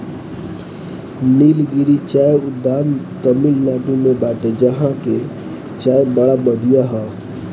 निलगिरी चाय उद्यान तमिनाडु में बाटे जहां के चाय बड़ा बढ़िया हअ